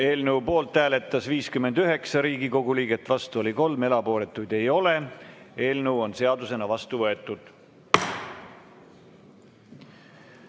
Eelnõu poolt hääletas 59 Riigikogu liiget, vastu oli 3, erapooletuid ei olnud. Eelnõu on seadusena vastu võetud.